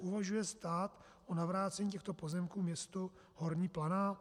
Uvažuje stát o navrácení těchto pozemků městu Horní Planá?